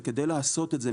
וכדי לעשות את זה,